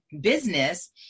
business